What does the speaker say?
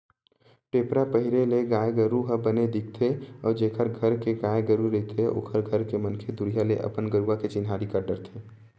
टेपरा पहिरे ले गाय गरु ह बने दिखथे अउ जेखर घर के गाय गरु रहिथे ओखर घर के मनखे दुरिहा ले अपन गरुवा के चिन्हारी कर डरथे